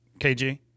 KG